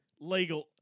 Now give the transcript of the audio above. Legal